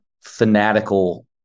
fanatical